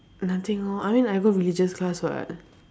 nothing lor I mean I go religious class [what]